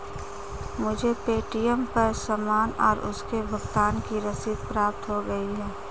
मुझे पे.टी.एम पर सामान और उसके भुगतान की रसीद प्राप्त हो गई है